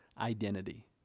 identity